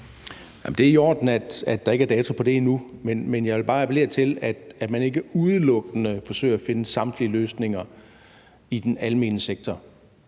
det er i orden, at der ikke er dato på det endnu, men jeg vil bare appellere til, at man ikke udelukkende forsøger at finde samtlige løsninger i den almene sektor,